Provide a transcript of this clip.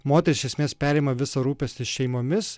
moterys iš esmės perima visą rūpestį šeimomis